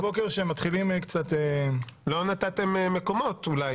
אם כי קראתי הבוקר שמתחילים קצת --- לא נתתם מקומות אולי.